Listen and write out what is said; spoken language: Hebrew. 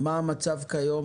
מה המצב כיום,